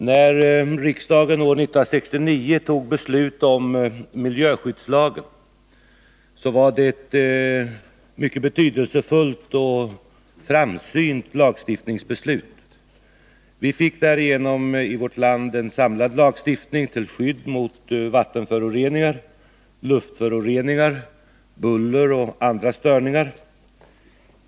Herr talman! När riksdagen år 1969 tog beslut om miljöskyddslagen var det ett mycket betydelsefullt och framsynt lagstiftningsbeslut. Vi fick därigenom i vårt land en samlad lagstiftning till skydd mot vattenföroreningar, luftföroreningar, buller och andra störningar.